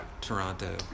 Toronto